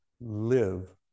live